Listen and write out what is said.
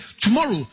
Tomorrow